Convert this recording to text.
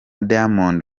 diamond